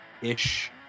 ish